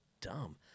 dumb